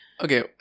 Okay